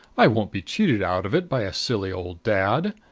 i won't be cheated out of it by a silly old dad.